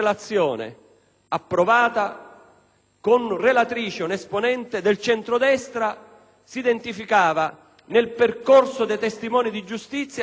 relatrice un'esponente del centrodestra, dove si identificava nel percorso dei testimoni di giustizia la possibilità per parte di essi,